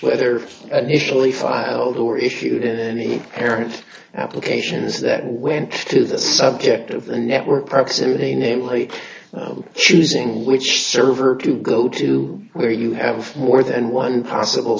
whether an initially filed or issued in any parent applications that went to the subject of the network proximity namely choosing which server to go to where you have more than one possible